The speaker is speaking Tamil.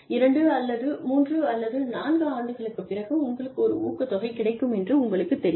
இரண்டு அல்லது மூன்று அல்லது நான்கு ஆண்டுகளுக்குப் பிறகு உங்களுக்கு ஒரு ஊக்கத்தொகை கிடைக்கும் என்று உங்களுக்குத் தெரியும்